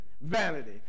vanity